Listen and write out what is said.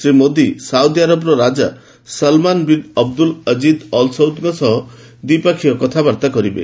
Shri Modi Saudi Arab ରାଜା Salman bin Abdul Aziz Al ସୌଦଙ୍କ ସହ ଦ୍ୱିପକ୍ଷିୟ କଥାବାର୍ତ୍ତା କରିବେ